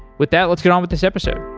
with that, let's get on with this episode.